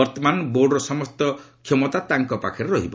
ବର୍ତ୍ତମାନ ବୋର୍ଡ଼ର ସମସ୍ତ କ୍ଷମତା ତାଙ୍କ ପାଖରେ ରହିବ